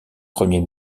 premier